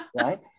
right